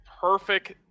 perfect